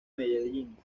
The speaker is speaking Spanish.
medellín